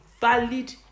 valid